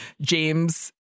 James